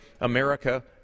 America